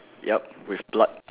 yup with blood